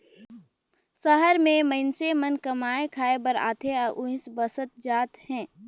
सहर में मईनसे मन कमाए खाये बर आथे अउ उहींच बसत जात हें